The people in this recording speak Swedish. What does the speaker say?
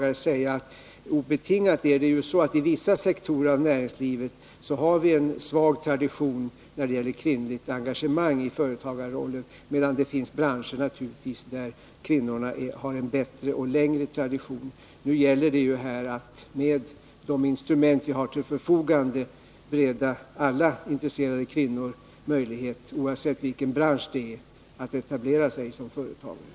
Jag vill på den frågan svara att obetingat är det så, att inom vissa sektorer av näringslivet har vi en svag tradition när det gäller kvinnligt engagemang i företagarrollen, medan det naturligtvis finns andra branscher där kvinnorna har bättre och längre traditioner. Nu gäller det ju här att med de instrument vi har till förfogande bereda alla intresserade kvinnor möjlighet att, oavsett vilken bransch det är, etablera sig som företagare.